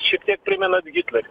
šiek tiek primenat hitlerį